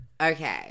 Okay